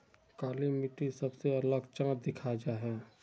काली मिट्टी सबसे अलग चाँ दिखा जाहा जाहा?